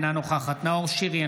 אינה נוכחת נאור שירי,